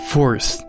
Fourth